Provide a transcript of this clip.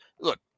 Look